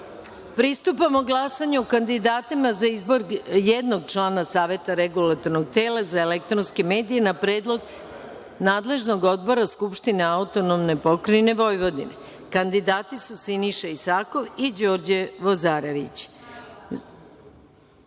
Peković. Pristupamo glasanju o kandidatima za izbor jednog člana Saveta Regulatornog tela za elektronske medije na Predlog nadležnog odbora Skuptine AP Vojvodina. Kandidati su: Siniša Isakov i Đorđe Vozarević. Stavljam